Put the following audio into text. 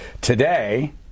today